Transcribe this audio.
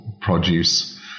produce